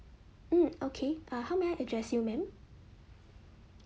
mm okay uh how may I address you ma'am